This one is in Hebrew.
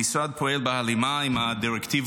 המשרד פועל בהלימה עם הדירקטיבות